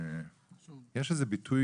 יש איזה ביטוי,